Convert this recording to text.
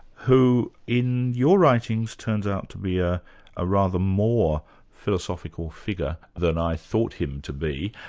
who in your writings turns out to be a ah rather more philosophical figure than i thought him to be,